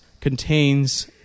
contains